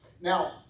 Now